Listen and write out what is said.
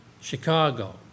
Chicago